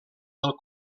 del